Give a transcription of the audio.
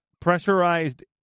pressurized